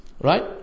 Right